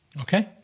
Okay